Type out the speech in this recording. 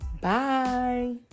Bye